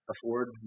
afford